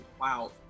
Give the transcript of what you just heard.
Wow